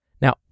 Now